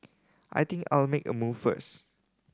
I think I'll make a move first